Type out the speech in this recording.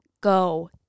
go